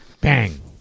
Bang